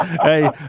Hey